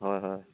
হয় হয়